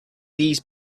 these